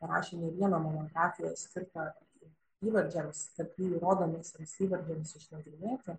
parašė ne vieną monografiją skirtą įvardžiams tarp jų ir rodomiesiems įvardžiams išnagrinėti